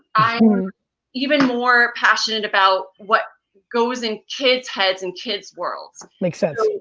i'm even more passionate about what goes in kids' heads and kids' worlds. make sense.